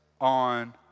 on